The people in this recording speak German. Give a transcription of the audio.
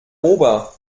ober